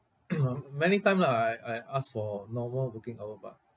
many time lah I I ask for normal working hour but